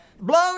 blow